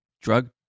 drug